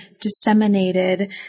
disseminated